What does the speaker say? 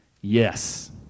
Yes